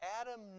Adam